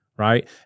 Right